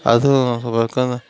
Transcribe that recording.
அதுவும் எனக்கு வந்து